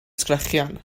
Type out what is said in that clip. sgrechian